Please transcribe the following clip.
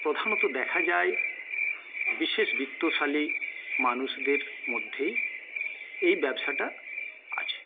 প্রধানত দেখা যায় বিশেষ বিত্তশালী মানুষদের মধ্যেই এই ব্যবসাটা আছে